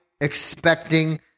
expecting